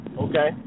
okay